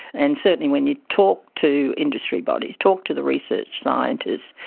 and certainly when you talk to industry bodies, talk to the research scientists,